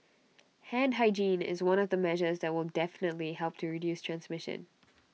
hand hygiene is one of the measures that will definitely help to reduce transmission